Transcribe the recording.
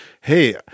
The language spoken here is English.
Hey